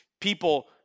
people